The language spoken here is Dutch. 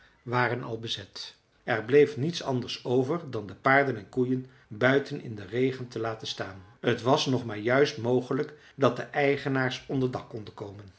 waren al bezet er bleef niets anders over dan de paarden en koeien buiten in den regen te laten staan t was nog maar juist mogelijk dat de eigenaars onder dak konden komen